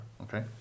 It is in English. okay